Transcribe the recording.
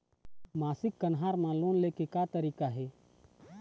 मासिक कन्हार म लोन ले के का तरीका हे?